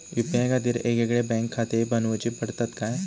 UPI खातीर येगयेगळे बँकखाते बनऊची पडतात काय?